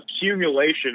accumulation